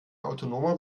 autonomer